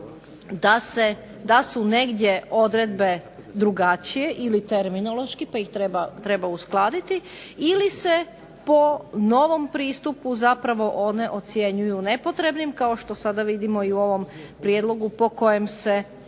da su negdje odredbe drugačije ili terminološki, pa ih treba uskladiti. Ili se po novom pristupu zapravo one ocjenjuju nepotrebnim kao što sada vidimo i u ovom prijedlogu po kojem se